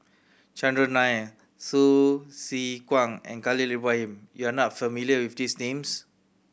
Chandran Nair Hsu Tse Kwang and Khalil Ibrahim you are not familiar with these names